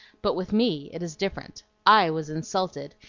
but with me it is different. i was insulted,